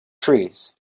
trees